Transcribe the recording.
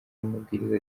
amabwiriza